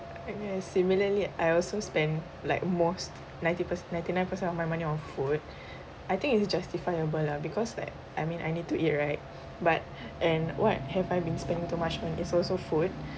okay similarly I also spent like most ninety per~ ninety nine per cent of my money on food I think is justifiable lah because like I mean I need to eat right but and what have I been spending too much money is also food